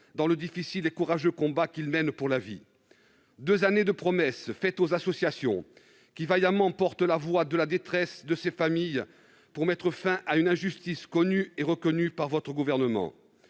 dans le difficile et courageux combat qu'ils mènent pour la vie. Deux ans de promesses faites aux associations, qui vaillamment portent la voix et la détresse de ces familles, pour mettre fin à une injustice connue et reconnue par votre Gouvernement.